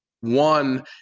one